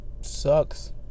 sucks